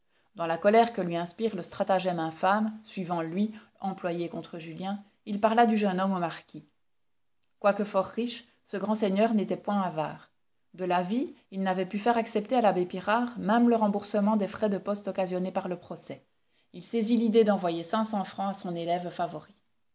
dans la colère que lui inspire le stratagème infâme suivant lui employé contre julien il parla du jeune homme au marquis quoique fort riche ce grand seigneur n'était point avare de la vie il n'avait pu faire accepter à l'abbé pirard même le remboursement des frais de poste occasionnés par le procès il saisit l'idée d'envoyer cinq cents francs à son élève favori